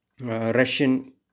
Russian